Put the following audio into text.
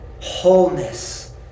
wholeness